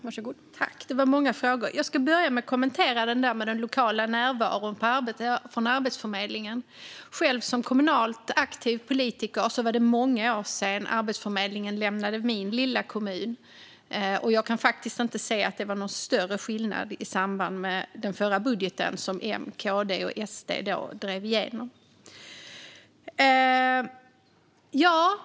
Fru talman! Det var många frågor. Jag ska börja med att kommentera detta med Arbetsförmedlingens lokala närvaro. Som kommunalt aktiv politiker kan jag säga att det var många år sedan Arbetsförmedlingen lämnade min lilla kommun. Jag kan faktiskt inte se att det blev någon större skillnad i samband med den förra budgeten, som M, KD, och SD drev igenom.